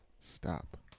Stop